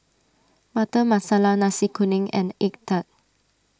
Butter Masala Nasi Kuning and Egg Tart